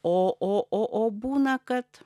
o o o o būna kad